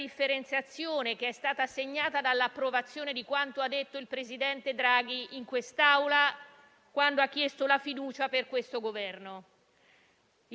Il presidente Draghi ha parlato dell'impegno a informare i cittadini con sufficiente anticipo di ogni cambio delle regole